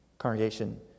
Congregation